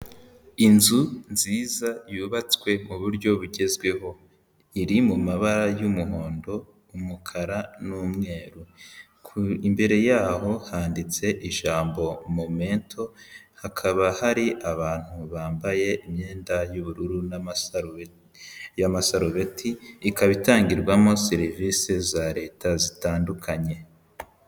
Inzu nziza yubatswe mu buryo bugezweho, iri mu mabara y'umuhondo, umukara n'umweru, ku imbere yaho handitse ijambo momento hakaba hari abantu bambaye imyenda y'ubururu y'amasarubeti ikaba itangirwamo serivise za leta zitandukanye.